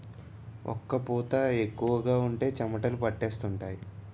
ఒక్క పూత ఎక్కువగా ఉంటే చెమటలు పట్టేస్తుంటాయి